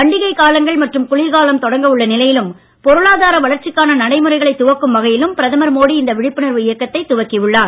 பண்டிகை காலங்கள் மற்றும் குளிர்காலம் தொடங்க உள்ள நிலையிலும் பொருளாதார வளர்ச்சிக்கான நடைமுறைகளை துவக்கும் வகையிலும் பிரதமர் மோடி இந்த விழிப்புணர்வு இயக்கத்தை துவக்கி உள்ளார்